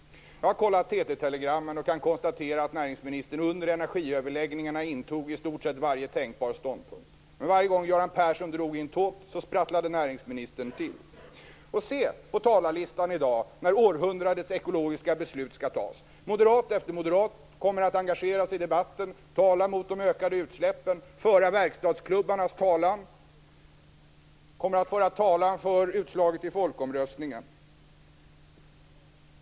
Jag har kollat TT-telegrammen och kan konstatera att näringsministern under energiöverläggningarna intog i stort sett varje tänkbar ståndpunkt. Varje gång som Göran Persson drog i en tåt sprattlade näringsministern till. Och se på talarlisten i dag då århundradets ekologiska beslut skall fattas! Moderat efter moderat kommer att engagera sig i debatten, tala mot de ökande utsläppen, föra verkstadsklubbarnas talan och de kommer att tala för utslaget i folkomröstningen.